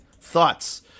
thoughts